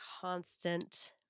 constant